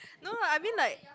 no I mean like